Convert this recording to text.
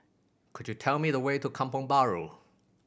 could you tell me the way to Kampong Bahru